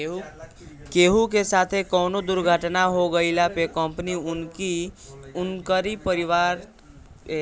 केहू के साथे कवनो दुर्घटना हो गइला पे कंपनी उनकरी परिवार के पईसा देवेला